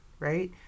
right